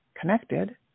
connected